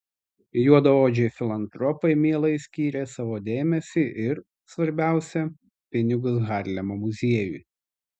juodaodžiai filantropai mielai skyrė savo dėmesį ir svarbiausia pinigus harlemo muziejui